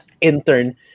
intern